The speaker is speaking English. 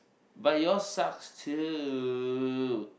but yours suck too